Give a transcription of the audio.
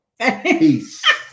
Peace